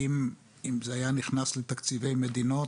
אם זה היה נכנס לתקציבי מדינות,